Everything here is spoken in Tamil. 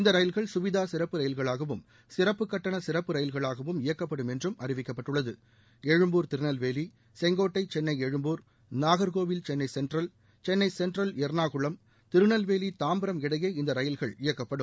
இந்த ரயில்கள் சுவீதா சிறப்பு ரயில்களாகவும் சிறப்பு கட்டண சிறப்பு ரயில்களாகவும் இயக்கப்படும் என்றும் அறிவிக்கப்பட்டுள்ளது எழும்பூர் திருநெல்வேலி செங்கோட்டை சென்னை எழும்பூர் நாகர்கோவில் சென்னை சென்ட்ரல் சென்னை சென்ட்ரல் எர்ணாக்குளம் திருநெல்வேலி தாம்பரம் இடையே இந்த ரயில்கள் இயக்கப்படும்